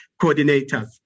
coordinators